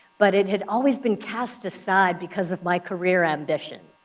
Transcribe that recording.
but it had always been cast aside because of my career ambition.